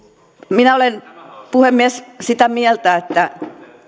minä olen puhemies sitä mieltä että